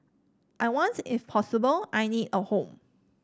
I want if possible I need a home